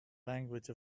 language